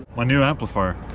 my new amplifier